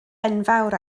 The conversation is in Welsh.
enfawr